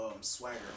Swagger